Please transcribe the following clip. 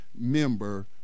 member